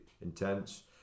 intense